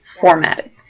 formatted